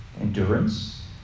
Endurance